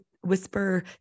whisper